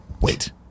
wait